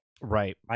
Right